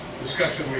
Discussion